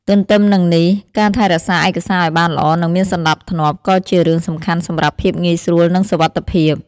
ទទ្ទឹមនឹងនេះ ការថែរក្សាឯកសារឲ្យបានល្អ និងមានសណ្ដាប់ធ្នាប់ ក៏ជារឿងសំខាន់សម្រាប់ភាពងាយស្រួល និងសុវត្ថិភាព។